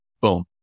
boom